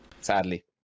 sadly